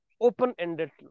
open-ended